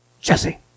Jesse